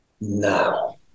now